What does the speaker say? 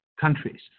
countries